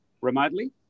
remotely